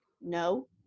no